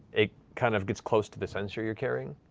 it kind of gets close to the censer you're carrying,